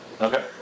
Okay